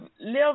live